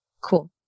Cool